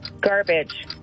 Garbage